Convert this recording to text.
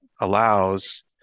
allows